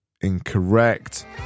incorrect